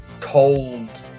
cold